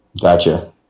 Gotcha